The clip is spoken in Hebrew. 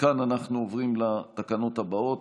מכאן אנחנו עוברים לתקנות הבאות,